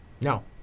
No